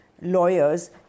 lawyers